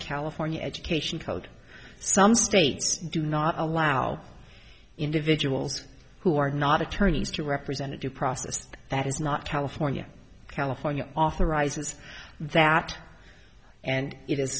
california education code some states do not allow individuals who are not attorneys to representative process that is not california california authorizes that and it is